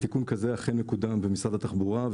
תיקון כזה אכן מקודם במשרד התחבורה,